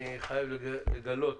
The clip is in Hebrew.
אני חייב לגלות